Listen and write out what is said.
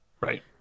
Right